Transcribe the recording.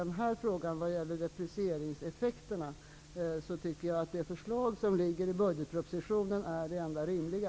När det gäller deprecieringseffekten är förslaget i budgetpropositionen det enda rimliga.